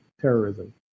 terrorism